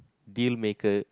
deal maker